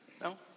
No